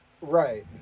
Right